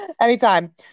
Anytime